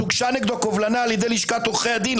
הוגשה נגדו קובלנה על ידי לשכת עורכי הדין,